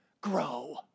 grow